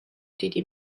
დიდი